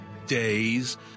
days